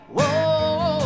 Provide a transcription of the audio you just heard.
Whoa